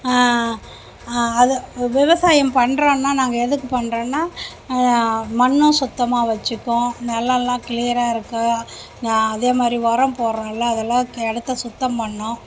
அது வ் விவசாயம் பண்ணுறோன்னா நாங்கள் எதுக்கு பண்ணுறோன்னா மண்ணும் சுத்தமாக வெச்சுக்கும் நிலல்லாம் கிளியராக இருக்கும் யா இதே மாதிரி உரம் போடுகிறோம் இல்லை அது எல்லாத் இடத்த சுத்தம் பண்ணும்